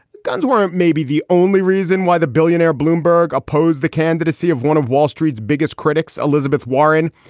guns weren't maybe the only reason why the billionaire bloomberg opposed the candidacy of one of wall street's biggest critics, elizabeth warren.